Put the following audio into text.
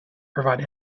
provide